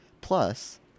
Plus